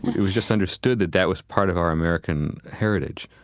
it was just understood that that was part of our american heritage.